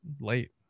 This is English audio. late